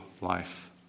life